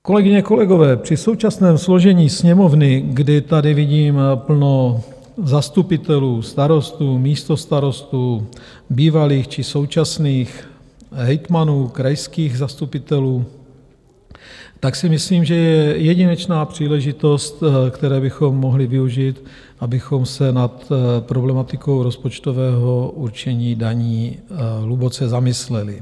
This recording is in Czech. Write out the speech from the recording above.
Kolegyně, kolegové, při současném složení Sněmovny, kdy tady vidím plno zastupitelů, starostů, místostarostů, bývalých či současných hejtmanů, krajských zastupitelů, si myslím, že je jedinečná příležitost, které bychom mohli využít, abychom se nad problematikou rozpočtového určení daní hluboce zamysleli.